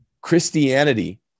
Christianity